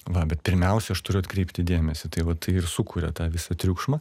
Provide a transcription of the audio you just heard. va bet pirmiausia aš turiu atkreipti dėmesį tai va tai ir sukuria tą visą triukšmą